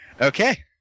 Okay